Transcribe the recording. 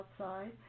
outside